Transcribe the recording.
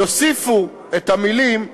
יוסיפו את המילים,